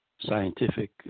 scientific